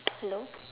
hello